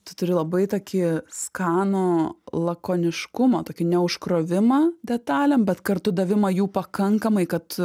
tu turi labai tokį skanų lakoniškumą tokį neužkrovimą detalėm bet kartu davimą jų pakankamai kad